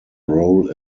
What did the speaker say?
role